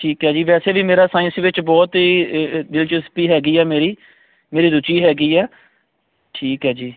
ਠੀਕ ਹੈ ਜੀ ਵੈਸੇ ਵੀ ਮੇਰਾ ਸਾਇੰਸ ਵਿੱਚ ਬਹੁਤ ਹੀ ਦਿਲਚਸਪੀ ਹੈਗੀ ਆ ਮੇਰੀ ਮੇਰੀ ਰੁਚੀ ਹੈਗੀ ਆ ਠੀਕ ਹੈ ਜੀ